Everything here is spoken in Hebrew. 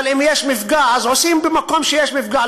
אבל אם יש מפגע, אז עושים במקום שיש מפגע.